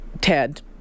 Ted